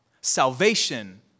salvation